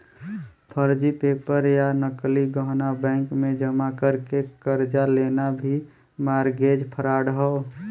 फर्जी पेपर या नकली गहना बैंक में जमा करके कर्जा लेना भी मारगेज फ्राड हौ